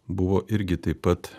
buvo irgi taip pat